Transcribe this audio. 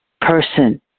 person